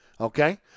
okay